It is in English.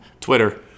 Twitter